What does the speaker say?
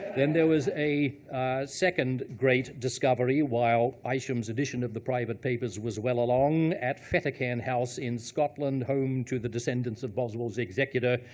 then there was a second great discovery, while isham's edition of the private papers was well along, at fettercairn house in scotland, home to the descendants of boswell's executor,